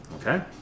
Okay